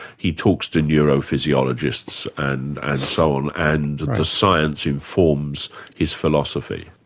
he talks to neurophysiologists and and so on, and the science informs his philosophy.